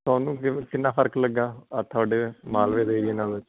ਤੁਹਾਨੂੰ ਕਿਵ ਕਿੰਨਾ ਫ਼ਰਕ ਲੱਗਿਆ ਤੁਹਾਡੇ ਮਾਲਵੇ ਦੇ ਏਰੀਏ ਨਾਲੋਂ